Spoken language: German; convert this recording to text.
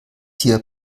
hier